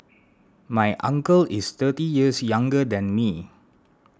my uncle is thirty years younger than me